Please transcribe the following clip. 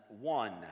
One